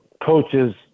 coaches